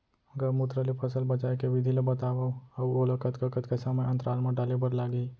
गौमूत्र ले फसल बचाए के विधि ला बतावव अऊ ओला कतका कतका समय अंतराल मा डाले बर लागही?